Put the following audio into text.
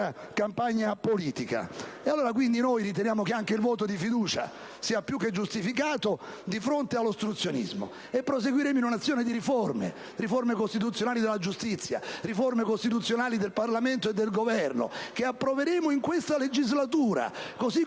campagna politica. Noi riteniamo che il voto di fiducia sia più che giustificato di fronte all'ostruzionismo. E proseguiremo in un'azione di riforme: riforme costituzionali della giustizia e riforme costituzionali del Parlamento e del Governo, che approveremo in questa legislatura, così